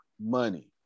money